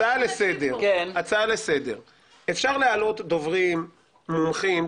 הצעה לסדר אפשר להעלות דוברים מומחים.